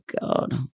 God